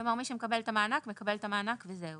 כלומר מי שמקבל את המענק מקבל את המענק וזהו.